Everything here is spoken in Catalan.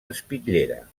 espitllera